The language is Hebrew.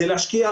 זה להשקיע,